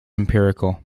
empirical